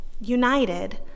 united